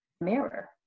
mirror